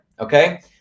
Okay